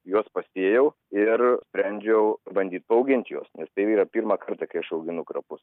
juos pasėjau ir sprendžiau bandyt paaugint juos nes tai yra pirmą kartą kai aš auginu krapus